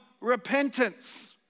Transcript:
repentance